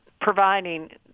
providing